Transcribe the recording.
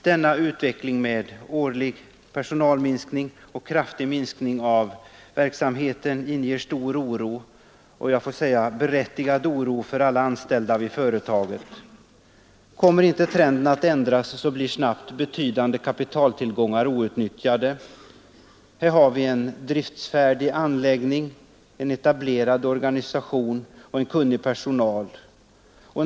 Denna utveckling med årlig personalminskning och kraftig minskning av verksamheten inger stor oro och jag får säga berättigad oro för alla anställda vid företaget. Kommer inte trenden att ändras, så blir snabbt betydande kapitaltillgångar outnyttjade. Här har vi en driftfärdig anläggning, en etablerad organisation och en kunnig personal.